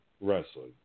wrestling